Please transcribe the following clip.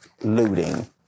looting